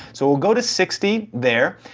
so we'll go to sixty there,